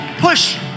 Push